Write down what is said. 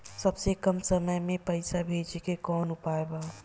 सबसे कम समय मे पैसा भेजे के कौन उपाय बा?